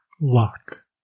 lock